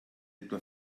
etwa